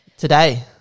Today